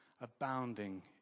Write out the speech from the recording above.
abounding